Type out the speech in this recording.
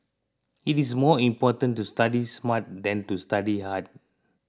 it is more important to study smart than to study hard